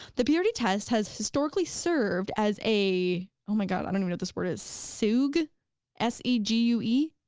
the purity test has historically served as a, oh my god, i don't even know if this word is soug s e g u e.